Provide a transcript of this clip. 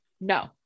no